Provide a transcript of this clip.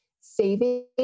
saving